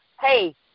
hey